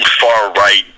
far-right